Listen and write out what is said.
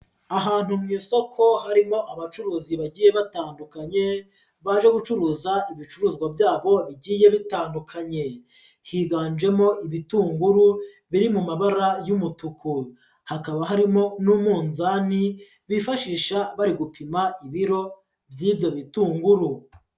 Ahantu mu isoko harimo abacuruzi bagiye batandukanye baje gucuruza ibicuruzwa byabo bigiye bitandukanye, higanjemo ibitunguru biri mu mabara y'umutuku hakaba harimo n'umunzani bifashisha bari gupima ibiro by'ibyo bitunguru.